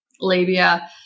labia